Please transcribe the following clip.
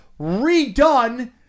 redone